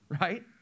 right